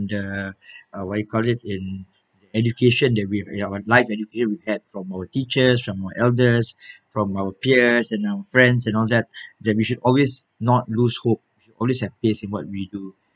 the uh what you call it in education that we've ya our life education we had from our teachers from our elders from our peers and our friends and all that that we should always not lose hope always have faith in what we do